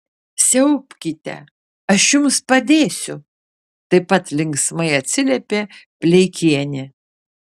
siaubkite aš jums padėsiu taip pat linksmai atsiliepė pleikienė